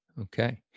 Okay